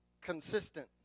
consistent